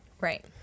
Right